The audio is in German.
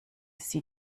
sie